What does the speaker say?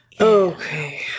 okay